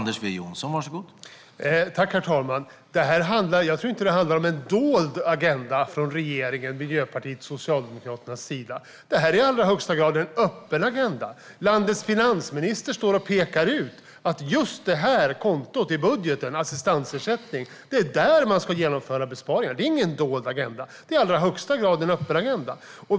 Herr talman! Jag tror inte att det handlar om en dold agenda från regeringens - Miljöpartiet och Socialdemokraterna - sida. Det är en i allra högst grad öppen agenda. Landets finansminister står och pekar ut att det är just i detta konto i budgeten, assistansersättning, som man ska genomföra besparingar. Det är ingen dold agenda. Det är i allra högsta grad en öppen agenda.